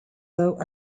low